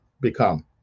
become